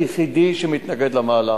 היחידי שמתנגד למהלך.